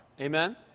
Amen